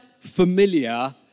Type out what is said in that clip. familiar